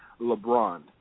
LeBron